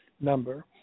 number